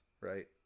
right